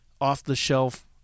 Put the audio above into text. off-the-shelf